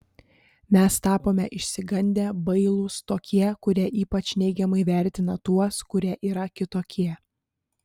mes tapome išsigandę bailūs tokie kurie ypač neigiamai vertina tuos kurie yra kitokie